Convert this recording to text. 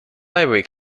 library